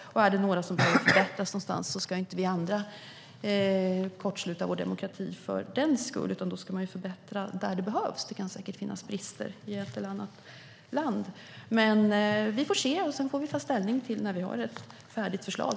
Är det något som behöver förbättras någonstans ska inte vi andra kortsluta vår demokrati för det, utan då ska man förbättra där det behövs. Det kan säkert finnas brister i ett eller annat land. Vi får se, och sedan får vi ta ställning när vi har ett färdigt förslag.